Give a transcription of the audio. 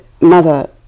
mother